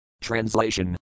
Translation